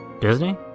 Disney